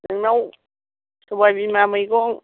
नोंनाव सबाय बिमा मैगं